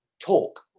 talk